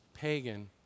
pagan